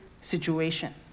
situation